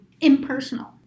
impersonal